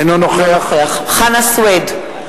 אינו נוכח חנא סוייד,